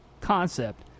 concept